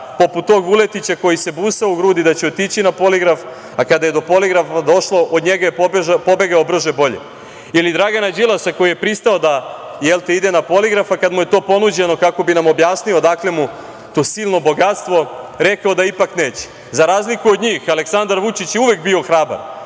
poput tog Vuletića koji se busao u grudi da će otići na poligraf, a kada je do poligrafa došlo, od njega je pobegao brže-bolje. Ili Dragana Đilasa, koji je pristao da ide na poligraf, a kada mu je to ponuđeno, kako bi nam objasnio odakle mu to silno bogatstvo, rekao da ipak neće. Za razliku od njih, Aleksandar Vučić je uvek bio hrabar,